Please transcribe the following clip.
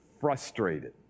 frustrated